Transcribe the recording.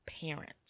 parent